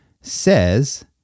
says